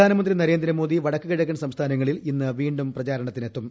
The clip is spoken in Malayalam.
പ്രധാനമന്ത്രി് നരേന്ദ്രിമ്മോദ് വടക്കുകിഴക്കൻ സംസ്ഥാനങ്ങളിൽ ഇന്ന് വീണ്ടും പ്രചരണത്തിനെത്തും